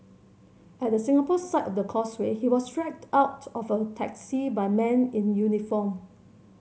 at the Singapore side of the Causeway he was dragged out of a taxi by men in uniform